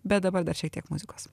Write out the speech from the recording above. bet dabar dar šiek tiek muzikos